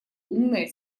умная